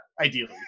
Ideally